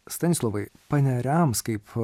stanislovai paneriams kaip